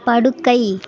படுக்கை